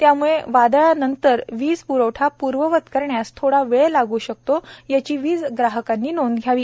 त्यामुळे वादळानंतर वीज प्रवठा पूर्ववत करण्यास थोडा वेळ लागू शकतो याची वीज ग्राहकांनी नोंद घ्यावी